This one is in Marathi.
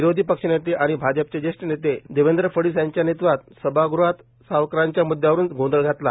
विरोधी पक्षनेते आणि भाजपाचे ज्येष्ठ नेते देवेंद्र फडणवीस यांच्या नेतृत्वात सभाग़हात सावरकरांच्या मुदयावरून गोंधळ घातला